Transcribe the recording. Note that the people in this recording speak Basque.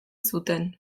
zuten